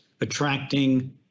attracting